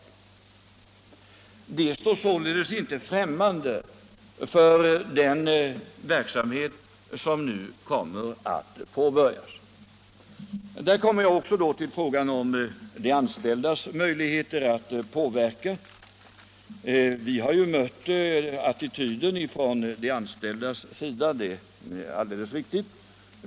Den privata industrin står således inte främmande för den verksamhet som nu kommer att påbörjas. Jag kommer sedan till frågan om de anställdas möjligheter att påverka händelserna. Vi har mött en negativ attityd från de anställdas sida, det är alldeles riktigt.